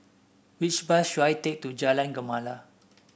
which bus should I take to Jalan Gemala